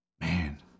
Man